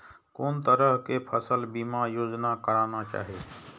कोन तरह के फसल बीमा योजना कराना चाही?